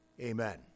Amen